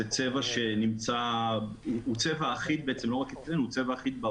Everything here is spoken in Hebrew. הוא צבע אחיד לא רק אצלנו אלא בעולם.